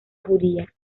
judía